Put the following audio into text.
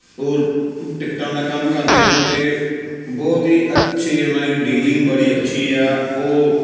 ਉਹ ਟਿਕਟਾਂ ਦਾ ਕੰਮ ਕਰਦੇ ਹਨ ਅਤੇ ਬਹੁਤ ਹੀ ਅੱਛੇ ਉਹਨਾਂ ਦੀ ਡੀਲਿੰਗ ਬੜੀ ਅੱਛੀ ਆ ਉਹ